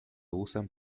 usan